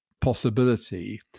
possibility